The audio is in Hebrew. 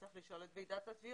צריך לשאול את ועידת התביעות.